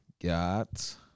got